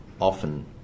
often